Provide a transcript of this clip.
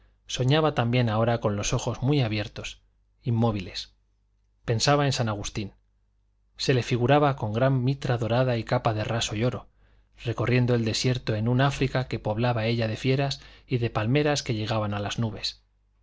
soñaba también ahora con los ojos muy abiertos inmóviles pensaba en san agustín se le figuraba con gran mitra dorada y capa de raso y oro recorriendo el desierto en un áfrica que poblaba ella de fieras y de palmeras que llegaban a las nubes